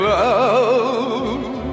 love